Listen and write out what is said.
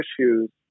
issues